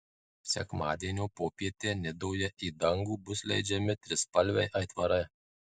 sekmadienio popietę nidoje į dangų bus leidžiami trispalviai aitvarai